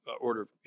order